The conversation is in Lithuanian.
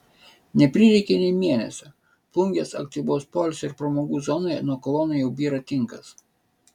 neprireikė nė mėnesio plungės aktyvaus poilsio ir pramogų zonoje nuo kolonų jau byra tinkas